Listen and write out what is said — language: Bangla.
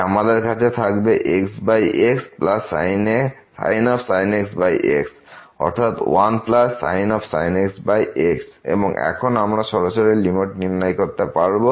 তাই আমাদের কাছে থাকবে xxsin x x অর্থাৎ 1sin x x এবং এখন আমরা সরাসরি লিমিট নির্ণয় করতে পারব